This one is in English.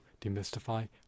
demystify